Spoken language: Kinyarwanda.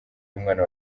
y’umwana